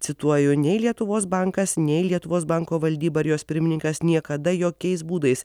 cituoju nei lietuvos bankas nei lietuvos banko valdyba ir jos pirmininkas niekada jokiais būdais